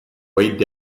weighted